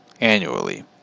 annually